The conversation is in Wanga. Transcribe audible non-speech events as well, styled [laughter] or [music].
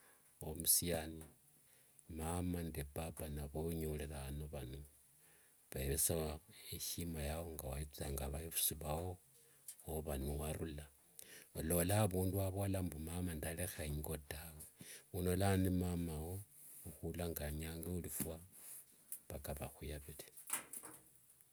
Omusiani, mama nende papa vonyorere ano vano vayeresie [hesitation] eshima yao ngawethanga avevusi voo, wova niwarula. Walalola avundu wavola mbu mama ndalekha ingo tawe, uno lano ni mama wo khula nganyanga othuhufwa mpaka vahuyavire.